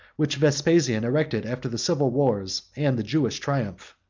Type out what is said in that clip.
which vespasian erected after the civil wars and the jewish triumph.